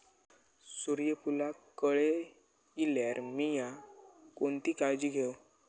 सूर्यफूलाक कळे इल्यार मीया कोणती काळजी घेव?